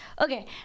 okay